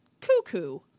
cuckoo